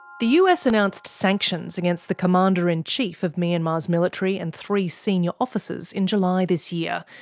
the us announced sanctions against the commander-in-chief of myanmar's military and three senior officers, in july this year,